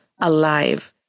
alive